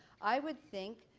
i would think,